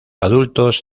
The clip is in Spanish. adultos